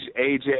AJ